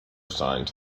assigned